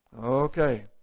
okay